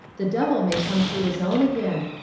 the devil may come to his own again,